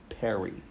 Perry